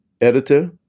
editor